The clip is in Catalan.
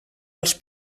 als